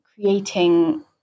creating